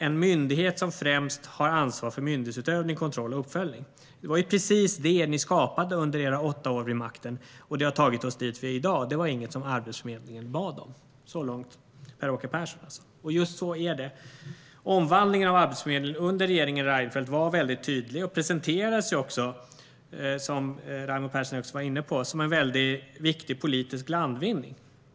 en myndighet som främst har ansvar för myndighetsutövning, kontroll och uppföljning'. Det var ju precis det ni skapade under era åtta år vid makten och det har tagit oss dit vi är idag. Det var inget som Arbetsförmedlingen bad om!" Så långt Per-Åke Persson. Och just så är det. Omvandlingen av Arbetsförmedlingen under regeringen Reinfeldt var väldigt tydlig och presenterades också, som Raimo Pärssinen var inne på, som en väldigt viktig politisk landvinning.